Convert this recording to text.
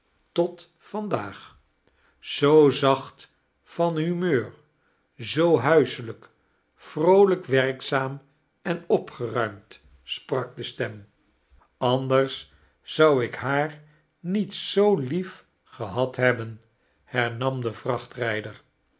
tot vandaag zoo zacht van humeur zoo huiselijk vroolijk werkzaam en opgeruimd sprak de stem amidiexs zou ik haar niet zoo lief gehad hebben hernam de